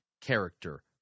character